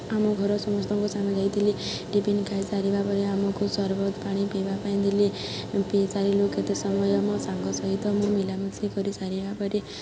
ଆମ ଘର ସମସ୍ତଙ୍କ ସାଙ୍ଗେ ଯାଇଥିଲି ଟିଫିନ୍ ଖାଇସାରିବା ପରେ ଆମକୁ ସରବତ ପାଣି ପିଇବା ପାଇଁ ଦେଲେ ପିଇସାରିଲୁ କେତେ ସମୟ ମୋ ସାଙ୍ଗ ସହିତ ମୁଁ ମିଳାମିଶା କରିସାରିବା ପରେ